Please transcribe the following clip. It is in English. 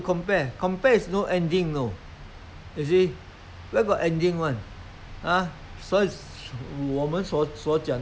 比不赢他们的 ah 你跟下面的人比比你比你生活贫困的人你便他们